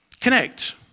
Connect